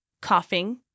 Coughing